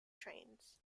trains